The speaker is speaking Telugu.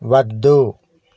వద్దు